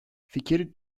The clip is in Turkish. fikir